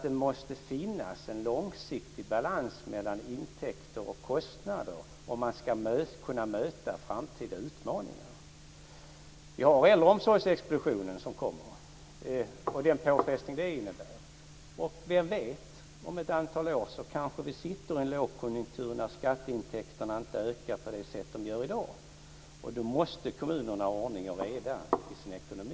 Det måste finnas en långsiktig balans mellan intäkter och kostnader om man ska kunna möta framtida utmaningar. Vi har äldreomsorgsexplosionen som kommer och den påfrestning det innebär. Vem vet om vi om ett antal år kanske sitter i en lågkonjunktur där skatteintäkterna inte ökar på det sätt de gör i dag. Då måste kommunerna ha ordning och reda i sin ekonomi.